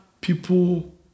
People